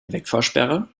wegfahrsperre